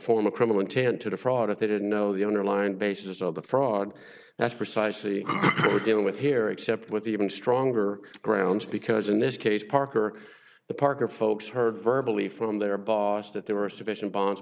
form a criminal intent to defraud if they didn't know the underlying basis of the fraud that's precisely were going on with here except with even stronger grounds because in this case parker the parker folks heard verbal e from their boss that there were a sufficient bonds